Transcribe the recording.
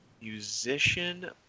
Musician